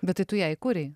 bet tai tu ją įkūrei